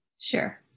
Sure